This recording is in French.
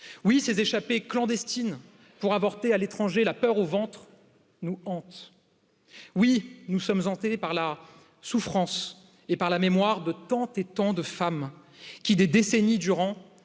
Oui, ces échappées clandestines pour avorter à l'étranger. La peur au ventre nous hante. Oui, nous sommes hantés par la souffrance et par la mémoire de tant et tant de femmes quii, des décennies durant,